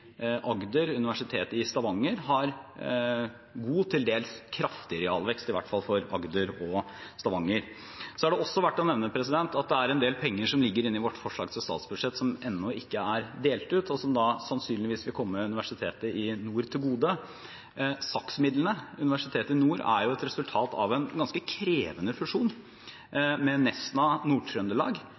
universitet, Universitetet i Agder og Universitetet i Stavanger har god, til dels kraftig, realvekst, i hvert fall for Agder og Stavanger. Så er det også verdt å nevne at det er en del penger som ligger inne i vårt forslag til statsbudsjett som ennå ikke er delt ut, og som sannsynligvis vil komme Nord universitet til gode. SAKS-midlene til Nord universitet er et resultat av en ganske krevende fusjon med